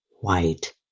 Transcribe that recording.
white